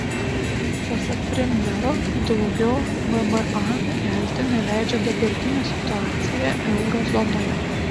pasak premjero daugiau mma kelti neleidžia dabartinė situacija euro zonoje